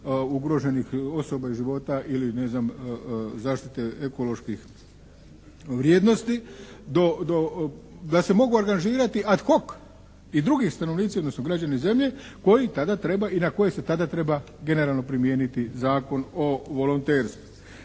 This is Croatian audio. ugroženih osoba i života, zaštite ekoloških vrijednosti da se mogu angažirati ad hoc i drugi stanovnici odnosno građani zemlje koji tada treba i na koje se tada treba generalno primijeniti Zakon o volonterstvu.